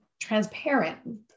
transparent